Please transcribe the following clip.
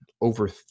over